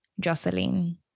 Jocelyn